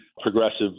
progressive